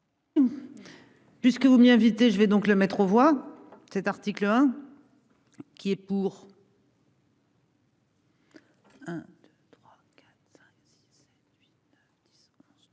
Puisque vous m'y invitez, je vais donc le mettre aux voix cet article 1. Qui est pour.